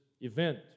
event